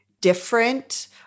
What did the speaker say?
different